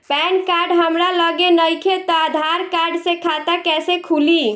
Pan card हमरा लगे नईखे त आधार कार्ड से खाता कैसे खुली?